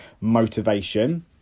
motivation